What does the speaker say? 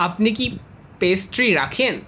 আপনি কি পেস্ট্রি রাখেন